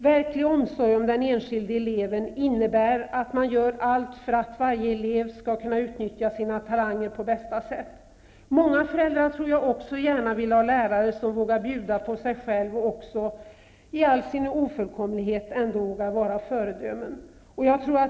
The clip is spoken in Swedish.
Verklig omsorg om den enskilde eleven innebär att man gör allt för att varje elev skall kunna utnyttja sina talanger på bästa sätt. Jag tror att många föräldrar också gärna vill ha lärare som vågar bjuda på sig själv och som också i all sin ofullkomlighet vågar vara föredömen.